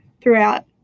throughout